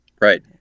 Right